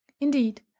indeed